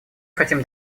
хотим